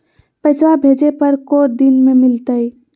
पैसवा भेजे पर को दिन मे मिलतय?